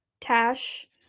Tash